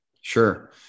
Sure